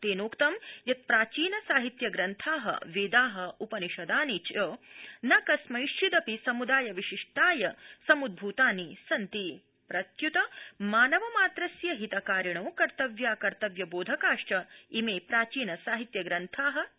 तेनोक्तं यत् प्राचीनसाहित्यप्रन्था वेदा उपनिषदानि च न कस्मैश्विदपि समुदाय विशिष्टाय समुद्ध्रतानि सन्ति प्रत्युत मानव यात्रस्य हितकारिणो कर्तव्याकर्तव्यबोधकाश्च इमे प्राचीन साहित्य ग्रन्था इति